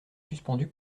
suspendue